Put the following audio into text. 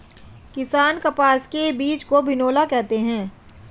किसान कपास के बीज को बिनौला कहते है